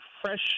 fresh